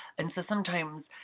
and so, sometimes,